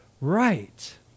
right